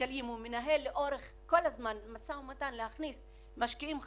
כלכליים ומנהל לאורך כל הזמן משא ומתן להכניס משקיעים חדשים,